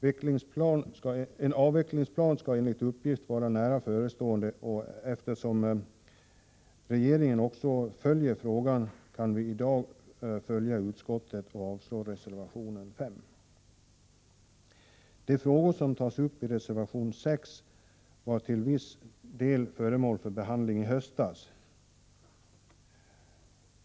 En avvecklingsplan skall enligt uppgift vara nära förestående, och eftersom regeringen också följer frågan kan vi i dag följa utskottet och avslå reservation nr 5. De frågor som tas upp i reservation nr 6 var till viss del föremål för behandling i höstas.